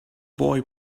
boy